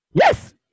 Yes